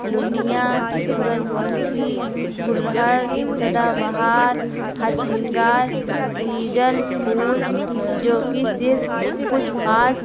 لنیا سورج مکھی گلہر سدا بہار ہرسنگار سیجل پھول جو کہ صرف کچھ خاص